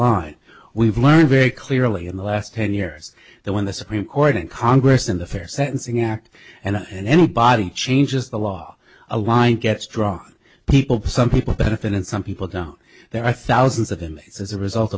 line we've learned very clearly in the last ten years that when the supreme court and congress in the fair sentencing act and in any body changes the law a line gets drawn people some people benefit and some people down there are thousands of inmates as a result